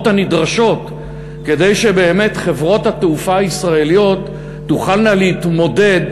הנדרשות כדי שבאמת חברות התעופה הישראליות תוכלנה להתמודד